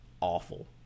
awful